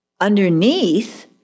underneath